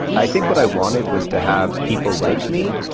i think what i wanted was to have people like me.